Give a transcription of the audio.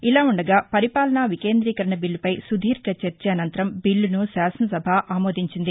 ఇలావుండగాపరిపాలనా వికేంద్రీకరణ బిల్లుపై సుదీర్ఘ చర్చ అనంతరం బిల్లను శాసనసభ ఆమోదించింది